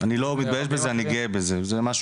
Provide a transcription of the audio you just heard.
אני לא מתבייש בזה,